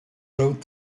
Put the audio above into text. road